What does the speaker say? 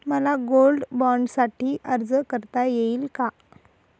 मला गोल्ड बाँडसाठी अर्ज करता येईल का?